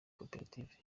koperative